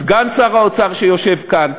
סגן שר האוצר שיושב כאן,